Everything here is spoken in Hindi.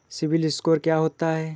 सिबिल स्कोर क्या होता है?